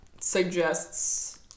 suggests